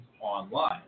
online